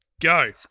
go